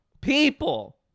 people